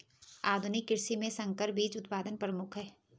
आधुनिक कृषि में संकर बीज उत्पादन प्रमुख है